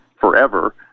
forever